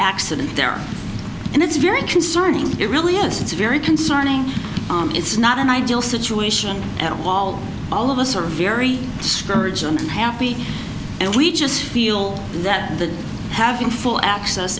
accident there and it's very concerning it really is it's very concerning it's not an ideal situation at all all of us are very spurge and happy and we just feel that the having full access